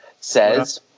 says